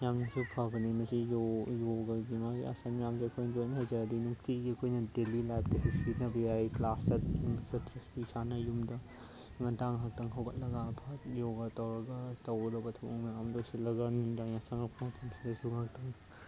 ꯌꯥꯝꯅꯁꯨ ꯐꯕꯅꯤ ꯃꯁꯤ ꯌꯣꯒꯥꯒꯤ ꯃꯥꯒꯤ ꯑꯥꯁꯟ ꯃꯌꯥꯝꯁꯦ ꯑꯩꯈꯣꯏꯅ ꯂꯣꯏ ꯍꯩꯖꯔꯗꯤ ꯅꯨꯡꯇꯤꯒꯤ ꯑꯩꯈꯣꯏꯅ ꯗꯦꯜꯂꯤ ꯂꯥꯏꯐꯇ ꯁꯤꯖꯤꯟꯅꯕ ꯌꯥꯏ ꯀ꯭ꯂꯥꯁ ꯆꯠꯇ꯭ꯔꯁꯨ ꯏꯁꯥꯅ ꯌꯨꯝꯗ ꯉꯟꯇꯥ ꯉꯥꯛꯇꯪ ꯍꯧꯒꯠꯂꯒ ꯐꯠ ꯌꯣꯒꯥ ꯇꯧꯔꯒ ꯇꯧꯒꯗꯕ ꯊꯕꯛ ꯃꯌꯥꯝ ꯂꯣꯏꯁꯤꯜꯂꯒ ꯅꯨꯡꯗꯥꯡ ꯌꯥꯆꯪꯉꯛꯇ ꯃꯇꯝꯁꯤꯗꯁꯨ ꯉꯥꯏꯍꯥꯛꯇꯪ